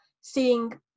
seeing